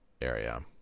Area